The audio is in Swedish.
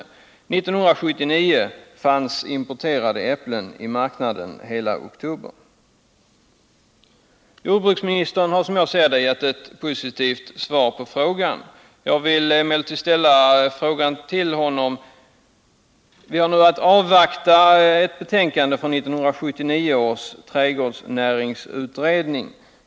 År 1979 fanns importerade äpplen i marknaden under hela oktober. Jordbruksministern har, som jag ser det, gett ett positivt svar på frågan. Jag vill emellertid ställa en följdfråga till honom. Vi har nu att avvakta ett betänkande från 1974 års trädgårdsnäringsutredning.